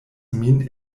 min